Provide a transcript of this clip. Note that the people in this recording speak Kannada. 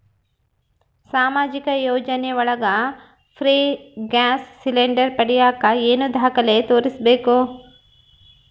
ಸಾಮಾಜಿಕ ಯೋಜನೆ ಒಳಗ ಫ್ರೇ ಗ್ಯಾಸ್ ಸಿಲಿಂಡರ್ ಪಡಿಯಾಕ ಏನು ದಾಖಲೆ ತೋರಿಸ್ಬೇಕು?